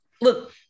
look